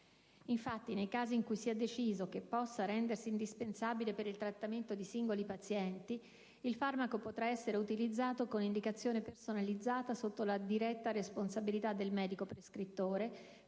Infatti, nei casi in cui sia deciso che possa rendersi indispensabile per il trattamento di singoli pazienti, il farmaco potrà essere utilizzato con indicazione personalizzata sotto la diretta responsabilità del medico prescrittore,